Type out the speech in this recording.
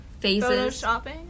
Photoshopping